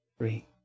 Three